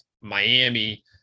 Miami